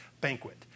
banquet